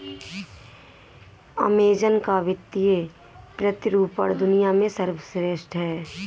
Amazon का वित्तीय प्रतिरूपण दुनिया में सर्वश्रेष्ठ है